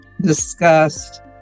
discussed